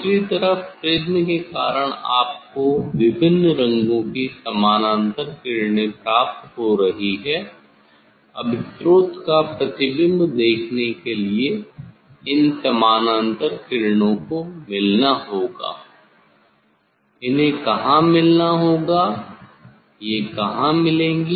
दूसरी तरफ प्रिज़्म के कारण आपको विभिन्न रंगों की समानांतर किरणें प्राप्त हो रही है अब स्रोत का प्रतिबिम्ब देखने के लिए इन समानांतर किरणों को मिलना होगा इन्हें कहीं मिलना होगा ये कहां मिलेंगी